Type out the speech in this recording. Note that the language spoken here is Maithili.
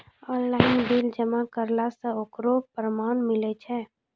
ऑनलाइन बिल जमा करला से ओकरौ परमान मिलै छै?